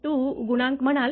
2 गुणांक म्हणाल